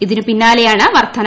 ഇതിന് പിന്നാലെയാണ് വർദ്ധന